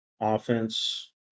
offense